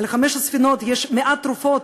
שעל חמש הספינות יש מעט תרופות,